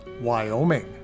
Wyoming